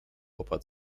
opat